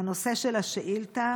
הנושא של השאילתה: